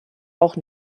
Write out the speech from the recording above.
auch